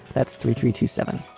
that's three three two seven.